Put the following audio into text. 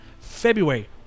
February